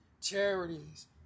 charities